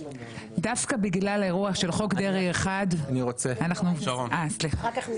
דווקא בגלל האירוע של חוק דרעי 1, אה סליחה.